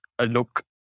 look